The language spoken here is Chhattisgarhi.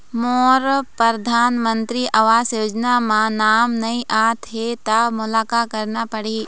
मोर परधानमंतरी आवास योजना म नाम नई आत हे त मोला का करना पड़ही?